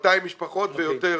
200 משפחות ויותר.